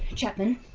chapman.